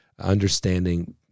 Understanding